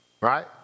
Right